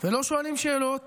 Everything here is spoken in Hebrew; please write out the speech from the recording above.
ולא שואלים שאלות